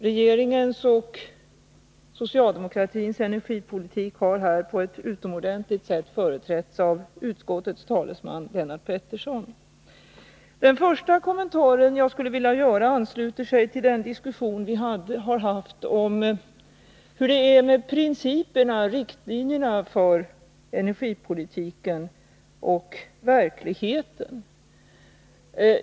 Regeringens och socialdemokratins energipolitik har på ett utomordentligt sätt företrätts av utskottets talesman Lennart Pettersson. Den första kommentar jag skulle vilja göra ansluter till den diskussion vi har haft om hur principerna och riktlinjerna för energipolitiken förhåller sig till verkligheten.